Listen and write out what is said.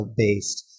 based